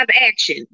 action